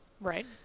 Right